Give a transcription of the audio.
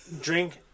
Drink